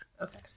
Okay